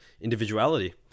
individuality